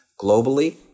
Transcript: globally